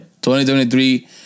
2023